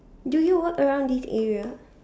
do you work around this area